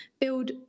build